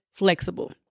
flexible